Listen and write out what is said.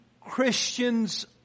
Christians